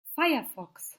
firefox